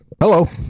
hello